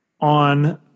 on